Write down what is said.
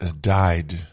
died